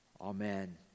amen